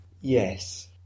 Yes